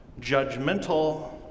judgmental